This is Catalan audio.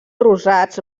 rosats